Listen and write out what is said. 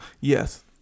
Yes